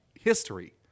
history